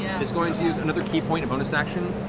matt he's going to use another ki point, a bonus action,